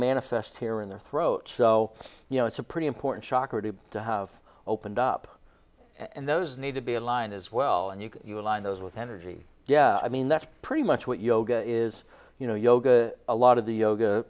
manifest here in their throat so you know it's a pretty important shocker to be to have opened up and those need to be aligned as well and you can you align those with energy yeah i mean that's pretty much what yoga is you know yoga a lot of the yoga